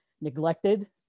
neglected